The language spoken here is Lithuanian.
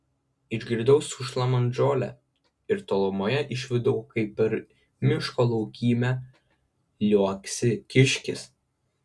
išgirdau sušlamant žolę ir tolumoje išvydau kaip per miško laukymę liuoksi kiškis